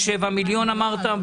אמרת שיש שבעה מיליון שקלים.